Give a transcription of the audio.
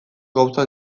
gauza